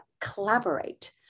collaborate